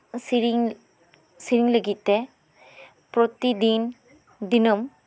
ᱥᱮᱨᱮᱧ ᱥᱮᱨᱮᱧ ᱞᱟᱜᱤᱫ ᱛᱮ ᱯᱨᱚᱛᱤᱫᱤᱱ ᱫᱤᱱᱟᱹᱢ